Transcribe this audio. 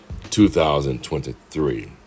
2023